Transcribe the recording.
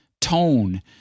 tone